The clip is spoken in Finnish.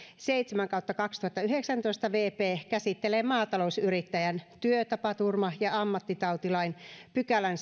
seitsemän kautta kaksituhattayhdeksäntoista vp käsittelee maatalousyrittäjän työtapaturma ja ammattitautilain sadannenneljännenkymmenennenkahdeksannen pykälän